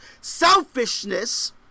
Selfishness